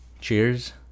Cheers